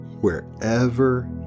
wherever